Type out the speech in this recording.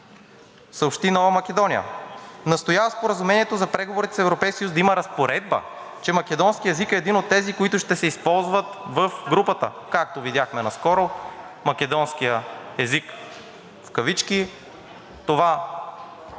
съобщи „Нова Македония“. Настоява споразумението за преговорите с Европейския съюз да има разпоредба, че македонският език е един от тези, които ще се използват в групата, както видяхме наскоро „македонският език“, тази норма,